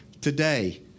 today